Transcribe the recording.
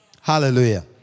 Hallelujah